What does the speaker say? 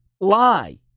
lie